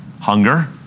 hunger